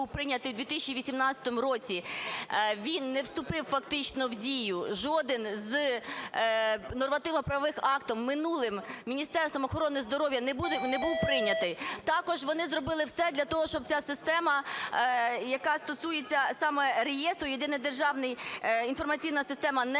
він не вступив фактично в дію, жоден з нормативно-правових актів минулим Міністерством охорони здоров'я не був прийнятий. Також вони зробили все для того, щоб ця система, яка стосується саме реєстру, єдиний державний, інформаційна система не